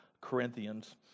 Corinthians